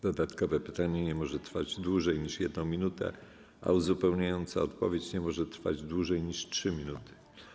Dodatkowe pytanie nie może trwać dłużej niż 1 minutę, a uzupełniająca odpowiedź nie może trwać dłużej niż 3 minuty.